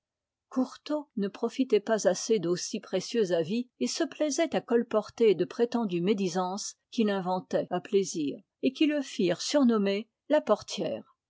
courtot ne profitait pas assez d'aussi précieux avis et se plaisait à colporter de prétendues médisances qu'il inventait à plaisir et qui le firent surnommer la portière